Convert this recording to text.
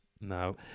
No